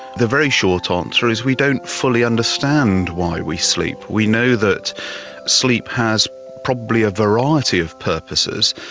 the very short ah answer is we don't fully understand why we sleep. we know that sleep has probably a variety of purposes.